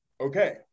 Okay